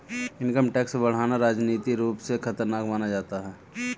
income tax बढ़ाना राजनीतिक रूप से खतरनाक माना जाता है